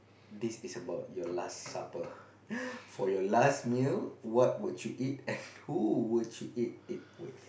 this is about your last supper for your last meal what would you eat and who would you eat with